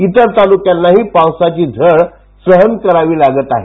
इतर तालुक्यांनाही पावसाची झळ सहन करावी लागत आहे